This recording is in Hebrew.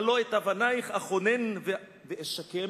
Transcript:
"הלוא את אבנייך אכונן ואשקם"